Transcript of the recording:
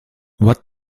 what